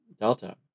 delta